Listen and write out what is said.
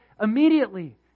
immediately